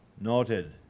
noted